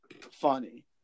funny